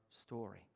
story